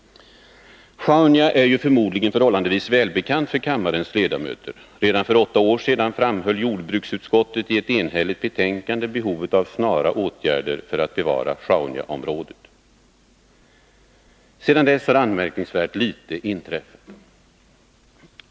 Sjaunja är förmodligen förhållandevis välbekant för kammarens ledamöter. Redan för åtta år sedan framhöll jordbruksutskottet i ett enhälligt betänkande behovet av snara åtgärder för att bevara Sjaunjaområdet. Sedan dess har anmärkningsvärt litet inträffat.